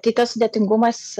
tai tas sudėtingumas